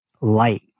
light